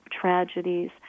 tragedies